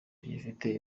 tugifite